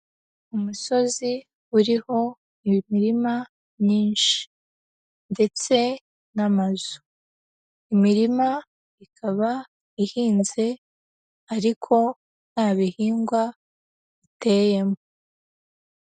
Umusozi uriho imirima myinshi ndetse n'amazu, imirima ikaba ihinze, ariko nta bihingwa biteyemo.